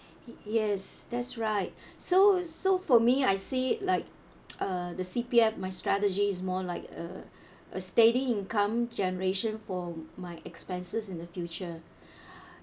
yes that's right so so for me I see like uh the C_P_F my strategy is more like a a steady income generation for my expenses in the future